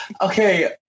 okay